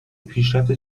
پیشرفت